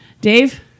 Dave